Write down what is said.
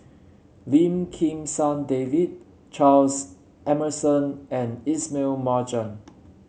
Lim Kim San David Charles Emmerson and Ismail Marjan